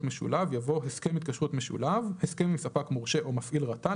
משולב" יבוא: ""הסכם התקשרות משולב" הסכם עם ספק מורשה או מפעיל רט"ן,